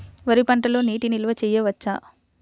వరి పంటలో నీటి నిల్వ చేయవచ్చా?